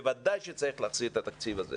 בוודאי שצריך להחזיר את התקציב הזה